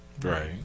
Right